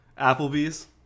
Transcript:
Applebee's